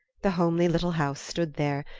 the homely little house stood there,